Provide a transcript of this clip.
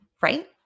right